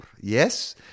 Yes